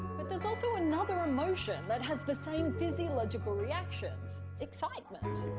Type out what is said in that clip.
but there's also another emotion that has the same physiological reactions excitement.